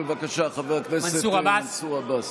בבקשה, חבר הכנסת מנסור עבאס.